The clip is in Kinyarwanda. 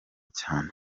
cyane